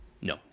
No